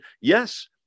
yes